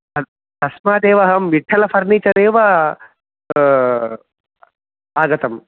त तस्मादेवः अहं विठ्ठल फ़र्निचर् एव आगतम्